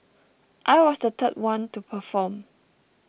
I was the third one to perform